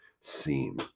scene